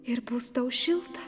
ir bus tau šilta